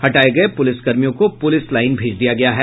हटाये गये पुलिसकर्मियों को पुलिस लाईन भेज दिया गया है